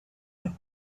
nom